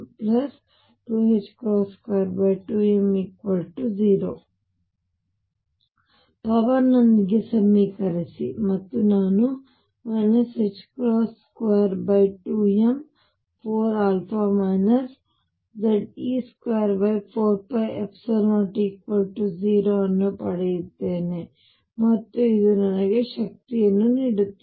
ಪದಗಳನ್ನು ಪವರ್ನೊಂದಿಗೆ ಸಮೀಕರಿಸಿ ಮತ್ತು ನಾನು 22m4α Ze24π00 ಅನ್ನು ಪಡೆಯುತ್ತೇನೆ ಮತ್ತು ಇದು ನನಗೆ ಶಕ್ತಿಯನ್ನು ನೀಡುತ್ತದೆ